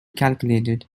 calculated